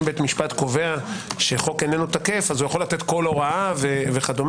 בית משפט קובע שחוק אינו תקף הוא יכול לתת כל הוראה וכדומה,